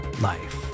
life